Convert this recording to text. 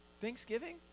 Thanksgiving